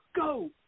go